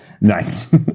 Nice